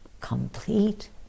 complete